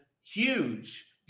huge